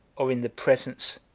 or in the presence,